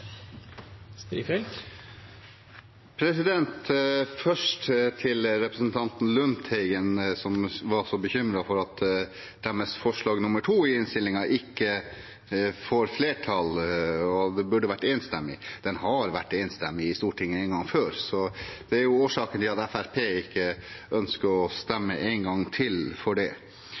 Først til representanten Lundteigen, som var så bekymret for at deres forslag nr. 2 i innstillingen ikke får flertall, og som mente det burde vært enstemmig. Det har vært enstemmig i Stortinget en gang før; det er årsaken til at Fremskrittspartiet ikke ønsker å stemme en gang til for det.